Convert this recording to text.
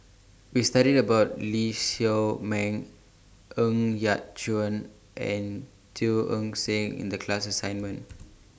We studied about Lee Shao Meng Ng Yat Chuan and Teo Eng Seng in The class assignment